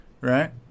right